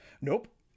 Nope